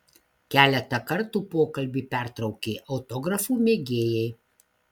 keletą kartų pokalbį pertraukė autografų mėgėjai